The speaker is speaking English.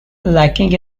lacking